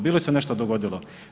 Bi li se nešto dogodilo?